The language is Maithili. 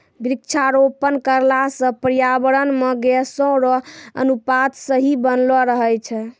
वृक्षारोपण करला से पर्यावरण मे गैसो रो अनुपात सही बनलो रहै छै